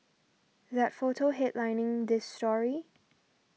that photo headlining this story